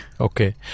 okay